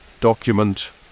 document